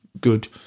good